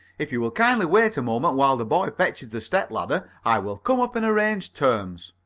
if you will kindly wait a moment while the boy fetches the step-ladder i will come up and arrange terms.